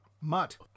Mutt